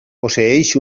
posseeix